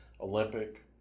Olympic